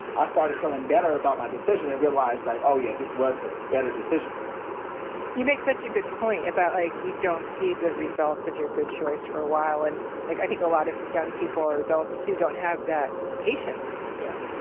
i started feeling better about my decision and realized like, oh yeah this was the better decision you make such a good point about about like you don't see the results of your good choice for a while, and like i think a lot of young people or adults too, don't have that patience yeah,